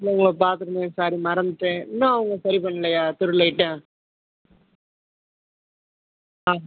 இல்லை உங்களை பார்த்துருப்பேன் சாரி மறந்துவிட்டேன் இன்னும் அவங்க சரி பண்ணலயா தெரு லைட்டை ஆ